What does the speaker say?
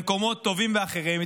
למקומות טובים ואחרים,